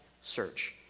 search